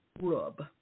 rub